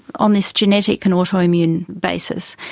on this genetic and autoimmune basis,